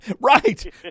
Right